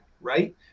right